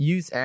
Use